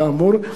כאמור,